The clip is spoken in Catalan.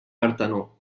partenó